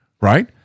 right